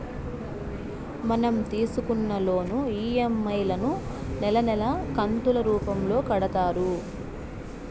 మనం తీసుకున్న loan EMI లను నెలా నెలా కంతులు రూపంలో కడతారు